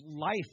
life